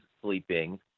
sleeping